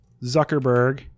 Zuckerberg